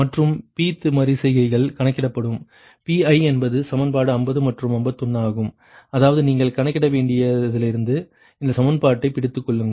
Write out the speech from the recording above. மற்றும் p th மறு செய்கையில் கணக்கிடப்படும் Piஎன்பது சமன்பாடு 50 மற்றும் 51 ஆகும் அதாவது நீங்கள் கணக்கிட வேண்டிய இடத்திலிருந்து இந்த சமன்பாட்டைப் பிடித்துக் கொள்ளுங்கள்